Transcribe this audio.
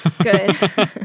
Good